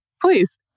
Please